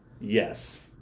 Yes